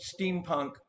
steampunk